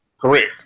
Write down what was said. correct